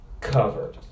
covered